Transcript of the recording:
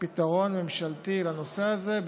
פתרון ממשלתי לנושא הזה,